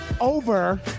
over